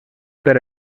per